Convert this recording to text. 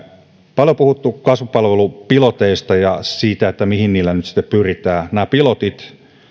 paljon on puhuttu kasvupalvelupiloteista ja siitä että mihin niillä nyt sitten pyritään nämä pilotit